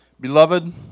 Beloved